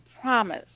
promise